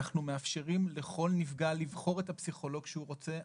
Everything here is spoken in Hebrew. אנחנו מאפשרים לכל נפגע לבחור את הפסיכולוג שהוא רוצה.